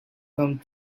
come